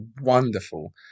wonderful